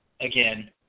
again